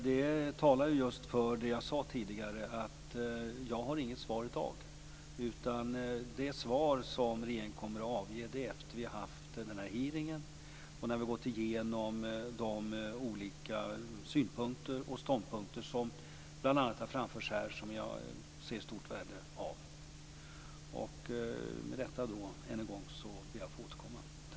Det talar just för det jag sade tidigare, jag har inget svar i dag, utan svaret avger regeringen efter det att vi haft hearingen och när vi gått igenom de olika synpunkter och ståndpunkter som bl.a. framförts här och som jag ser ett stort värde i. Med detta ber jag än en gång att få återkomma.